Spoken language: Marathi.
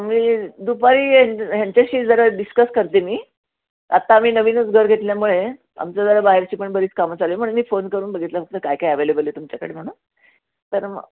मी दुपारी ह्यांच्याशी जरा डिस्कस करते मी आत्ता आम्ही नवीनच घर घेतल्यामुळे आमचं जरा बाहेरची पण बरीच कामं चाले म्हणून मी फोन करून बघितलं फक्त काय काय ॲवलेबल आहे तुमच्याकडे म्हणून तर मग